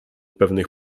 pewnych